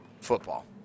football